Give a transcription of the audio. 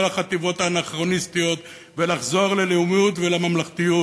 החטיבות האנכרוניסטיות ולחזור ללאומיות ולממלכתיות.